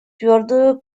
твердую